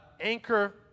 Anchor